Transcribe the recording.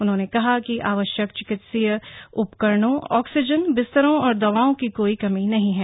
उन्होंने कहा कि आवश्यक चिकित्सकीय उपकरणों ऑक्सीजन बिस्तरों और दवाओं की कोई कमी नहीं है